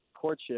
courtship